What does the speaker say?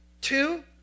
Two